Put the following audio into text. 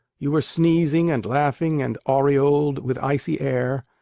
you were sneezing and laughing and aureoled with icy air.